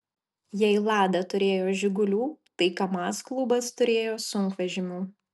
jei lada turėjo žigulių tai kamaz klubas turėjo sunkvežimių